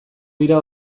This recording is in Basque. dira